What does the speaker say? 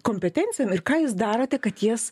kompetencijom ir ką jūs darote kad jas